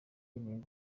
intego